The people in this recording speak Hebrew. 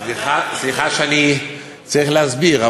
סליחה שאני צריך להסביר,